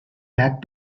back